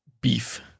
beef